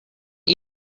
you